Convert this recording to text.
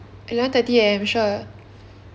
eleven thirty A_M sure